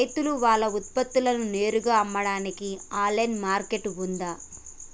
రైతులు వాళ్ల ఉత్పత్తులను నేరుగా అమ్మడానికి ఆన్లైన్ మార్కెట్ ఉందా?